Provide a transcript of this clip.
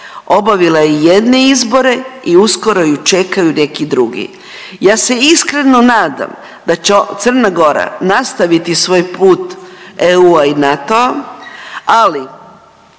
obavila je jedne izbore i uskoro ju čekaju neki drugi. Ja se iskreno nadam da će Crna Gora nastaviti svoj put EU-a i NATO-a, ali